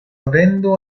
vendo